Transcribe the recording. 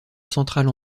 centrale